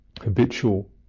habitual